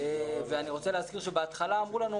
אני רוצה להזכיר שבהתחלה אמרו לנו,